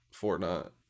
Fortnite